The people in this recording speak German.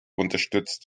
unterstützt